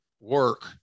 work